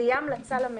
זאת תהיה המלצה למליאה.